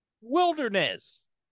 wilderness